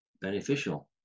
beneficial